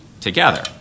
together